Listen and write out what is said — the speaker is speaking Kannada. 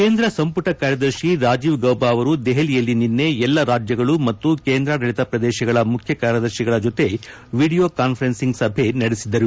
ಕೇಂದ್ರ ಸಂಪುಟ ಕಾರ್ತದರ್ಶಿ ರಾಜೀವ್ ಗೌಬಾ ಅವರು ದೆಹಲಿಯಲ್ಲಿ ನಿನ್ನೆ ಎಲ್ಲ ರಾಜ್ಯಗಳು ಮತ್ತು ಕೇಂದ್ರಾಡಳತ ಪ್ರದೇಶಗಳ ಮುಖ್ಯ ಕಾರ್ಯದರ್ಶಿಗಳ ಜತೆ ವೀಡಿಯೊ ಕಾನ್ವರೆನ್ಸಿಂಗ್ ಸಭೆ ನಡೆಸಿದರು